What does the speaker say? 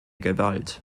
gewalt